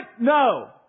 No